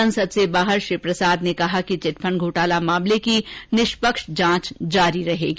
संसद से बाहर श्री प्रसाद ने कहा कि चिटफंड घोटाला मामलेकी निष्पक्ष जांच जारी रहेगी